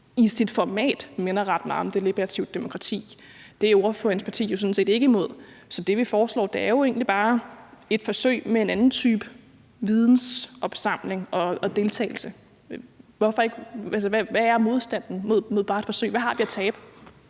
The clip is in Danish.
deres format minder ret meget om deliberativt demokrati. Det er ordførerens parti jo sådan set ikke imod. Så det, vi foreslår, er jo egentlig bare et forsøg med en anden type vidensopsamling og deltagelse. Hvad er modstanden mod bare at lave et forsøg? Hvad har vi at tabe?